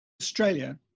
Australia